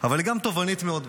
אבל היא גם תובענית מאוד,